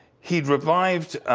he revived